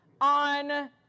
on